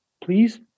please